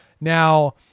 Now